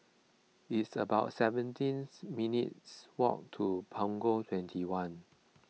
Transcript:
it's about seventeen minutes' walk to Punggol twenty one